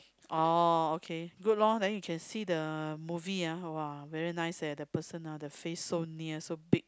oh okay good lor then you can see the movie ah !wah! very nice leh the person ah the face so near so big